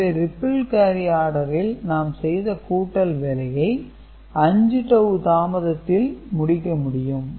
எனவே ripple carry ஆடரில் நாம் செய்த கூட்டல் வேலையை 5 டவூ தாமதத்தில் முடிக்க முடியும்